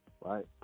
right